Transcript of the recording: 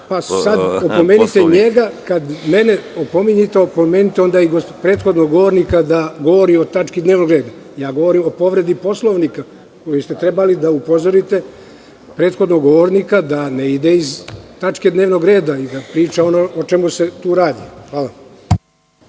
Tošković** Kada mene opominjete, opomenite onda i prethodnog govornika da govori o tački dnevnog reda. Govorim o povredi Poslovnika. Trebali ste da upozorite prethodnog govornika da ne ide iz tačke dnevnog reda i da priča o čemu se tu radi. Hvala.